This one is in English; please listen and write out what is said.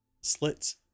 slits